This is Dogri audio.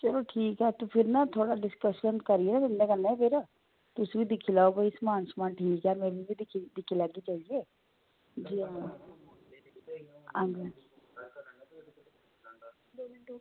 अच्छा फिर ठीक ऐ ना डिसकशन करने आं तुंदे कन्नै ते तुस बी दिक्खी लैओ समान ठीक ऐ ना में बी दिक्खी लैगी आं जी